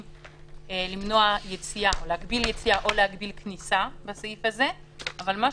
כדי להכניס את הציבור הזה למוכנות,